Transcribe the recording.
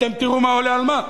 אתם תראו מה עולה על מה,